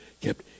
kept